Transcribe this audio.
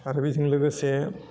आरो बेजों लोगोसे